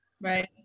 Right